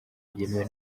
byemewe